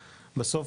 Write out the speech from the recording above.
בסוף,